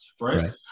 right